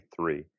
three